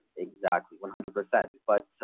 exactly. one hundred percent but